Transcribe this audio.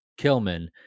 Kilman